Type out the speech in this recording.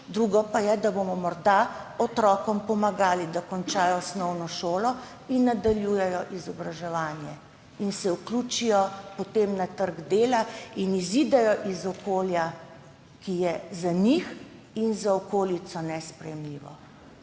drugo pa je, da bomo morda otrokom pomagali, da končajo osnovno šolo, nadaljujejo izobraževanje in se vključijo potem na trg dela in izidejo iz okolja, ki je za njih in za okolico nesprejemljivo.